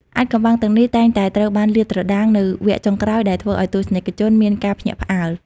អាថ៌កំបាំងទាំងនេះតែងតែត្រូវបានលាតត្រដាងនៅវគ្គចុងក្រោយដែលធ្វើឲ្យទស្សនិកជនមានការភ្ញាក់ផ្អើល។